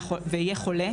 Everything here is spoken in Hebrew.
ויהיה חולה,